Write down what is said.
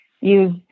use